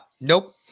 Nope